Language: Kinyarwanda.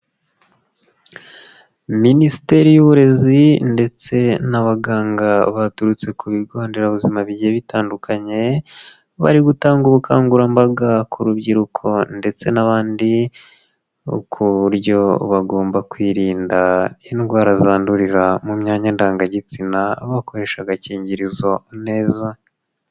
Minisiteri y'uburezi ndetse n'abaganga baturutse ku bigo nderabuzima bigiye bitandukanye bari gutanga ubukangurambaga ku rubyiruko ndetse n'abandi ku buryo bagomba kwirinda indwara zandurira mu myanya ndangagitsina bakoresha agakingirizo neza.